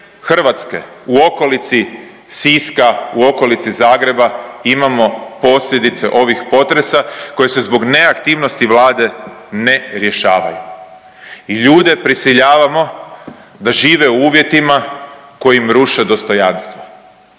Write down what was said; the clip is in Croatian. Hrvatske u okolici Siska, u okolici Zagreba imamo posljedice ovih potresa koje se zbog neaktivnosti Vlade ne rješavaju. Ljude prisiljavamo da žive u uvjetima koji im ruše dostojanstvo,